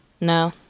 No